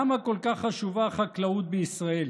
למה כל כך חשובה החקלאות בישראל?